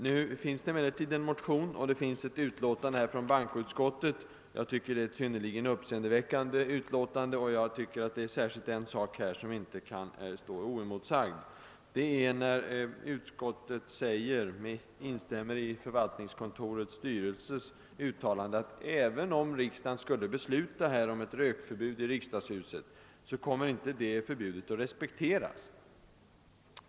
Nu finns det alltså en motion och ett utlåtande över den från bankoutskottet. Jag tycker att det är ett synnerligen uppseendeväckande utlåtande, och speciellt en sak anser jag inte bör få stå oemotsagd. Utskottet instämmer nämligen i vad förvaltningskontorets styrelse uttalat, att även om riksdagen skulle besluta om rökförbud i riksdagshuset, så kommer det förbudet inte att respekteras.